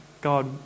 God